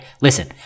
Listen